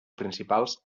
principals